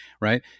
Right